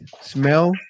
smell